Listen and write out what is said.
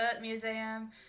museum